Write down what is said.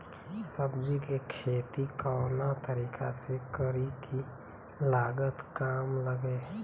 सब्जी के खेती कवना तरीका से करी की लागत काम लगे?